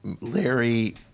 Larry